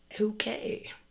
Okay